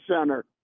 Center